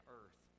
earth